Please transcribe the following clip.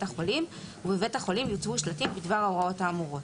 החולים ובבית החולים יוצבו שלטים בדבר ההוראות האמורות.